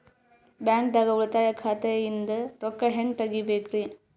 ಬ್ಯಾಂಕ್ದಾಗ ಉಳಿತಾಯ ಖಾತೆ ಇಂದ್ ರೊಕ್ಕ ಹೆಂಗ್ ತಗಿಬೇಕ್ರಿ?